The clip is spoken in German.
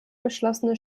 beschlossene